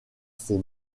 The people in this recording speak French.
ses